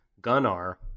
Gunnar